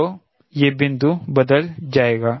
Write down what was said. तो यह बिंदु बदल जाएगा